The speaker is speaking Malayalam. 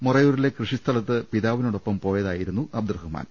മൊറയൂരിലെ കൃ ഷി സ്ഥലത്ത് പിതാവിനൊപ്പം പോയതായിരുന്നു അബ്ദുറ ഹ്മാൻ